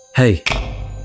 Hey